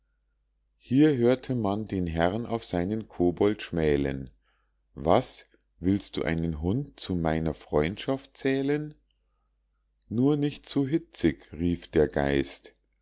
hier hörte man den herrn auf seinen kobold schmälen was willst du einen hund zu meiner freundschaft zählen nur nicht zu hitzig rief der geist